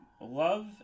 love